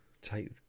take